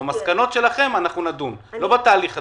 במסקנות שלכם אנחנו נדון, לא בתהליך עצמו.